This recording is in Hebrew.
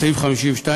בסעיף 52,